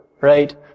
right